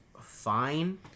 fine